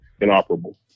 inoperable